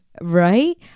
Right